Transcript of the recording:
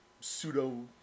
pseudo